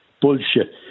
Bullshit